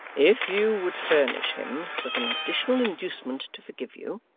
if you would furnish him with an additional inducement to forgive you,